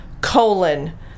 colon